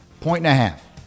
Point-and-a-half